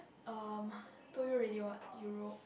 erm told you already what Europe